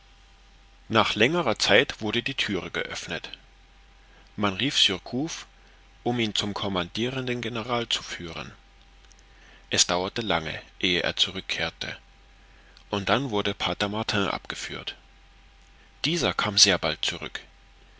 nach längerer zeit wurde die thüre geöffnet man rief surcouf um ihn zum commandirenden general zu führen es dauerte lange ehe er zurückkehrte und dann wurde pater martin abgeführt dieser kam sehr bald zurück